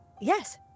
Yes